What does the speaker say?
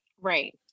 Right